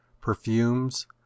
perfumes